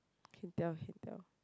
can tell can tell